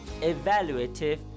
evaluative